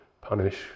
punish